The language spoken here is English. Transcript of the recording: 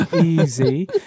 Easy